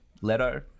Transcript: Leto